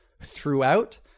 throughout